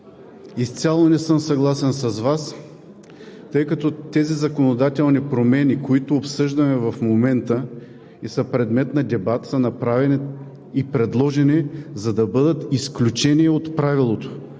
изцяло не съм съгласен с Вас, тъй като тези законодателни промени, които обсъждаме в момента и са предмет на дебат, са направени и предложени, за да бъдат изключение от правилото,